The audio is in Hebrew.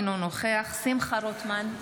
אינו נוכח שמחה רוטמן,